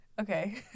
okay